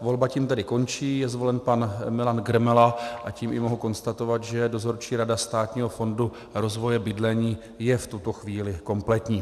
Volba tím tedy končí, je zvolen pan Milan Grmela, a tím mohu konstatovat, že Dozorčí rada Státního fondu rozvoje bydlení je v tomto chvíli kompletní.